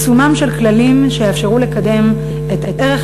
יישומם של כללים שיאפשרו לקדם את ערך